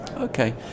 okay